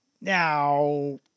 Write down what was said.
Now